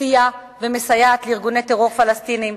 סייעה ומסייעת לארגוני טרור פלסטיניים,